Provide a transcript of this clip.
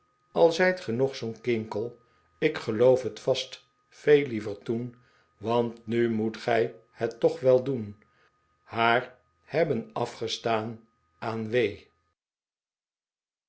al zijt gij nog zoo'n kinkel k geloof het vast veel llever toen want nu moet gij het toch wel doen haar hebben afgestaan aan w